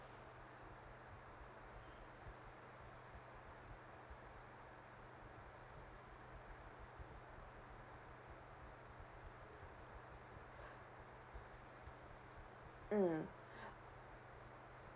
mm